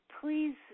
please